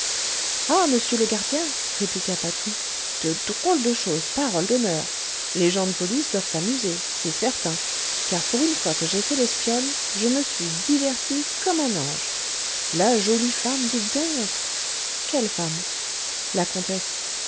ah monsieur le gardien répliqua patou de drôles de choses parole d'honneur les gens de police doivent s'amuser c'est certain car pour une fois que j'ai fait l'espionne je me suis diverti comme un ange la jolie femme dites donc quelle femme la comtesse